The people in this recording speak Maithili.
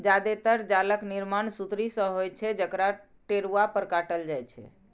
जादेतर जालक निर्माण सुतरी सं होइत छै, जकरा टेरुआ पर काटल जाइ छै